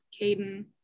Caden